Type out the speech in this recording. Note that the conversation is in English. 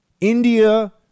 India